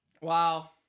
Wow